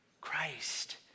Christ